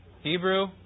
Hebrew